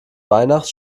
weihnacht